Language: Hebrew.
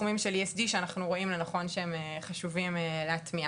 תחומים של ESG שאנחנו רואים לנכון שהם חשובים להטמיע.